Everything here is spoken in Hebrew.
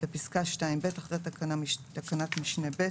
בפסקה (2)(ב) אחרי תקנת משנה (ב),